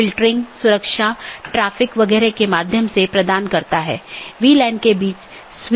दोनों संभव राउटर का विज्ञापन करते हैं और infeasible राउटर को वापस लेते हैं